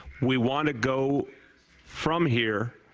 we want to go from here